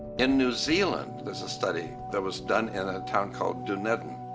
in new zealand, there was a study that was done in a town called dunedin,